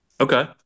Okay